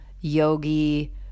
yogi